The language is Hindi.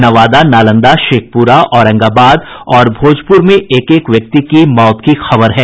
नवादा नालंदा शेखपुरा औरंगाबाद और भोजपुर में एक एक व्यक्ति की मौत की खबर है